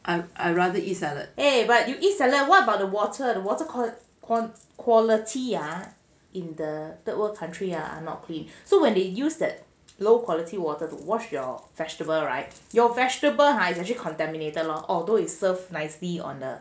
ah but you eat salad what about the water water quality in the third world country are not clean so when they use that low quality water to wash your vegetavle right your vegetable is actually contaminated loh although it is served nicely on the